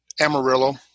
Amarillo